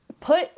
put